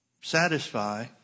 satisfy